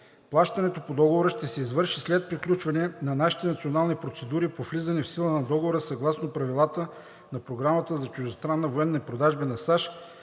Плащането по Договора ще се извърши след приключване на нашите национални процедури по влизане в сила на Договора съгласно правилата на Програмата за чуждестранни военни продажби на САЩ